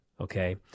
okay